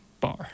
bar